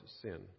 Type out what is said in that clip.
sin